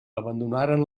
abandonaren